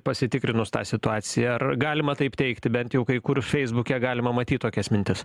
pasitikrinus tą situaciją ar galima taip teigti bent jau kai kur feisbuke galima matyt tokias mintis